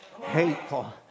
Hateful